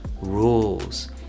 rules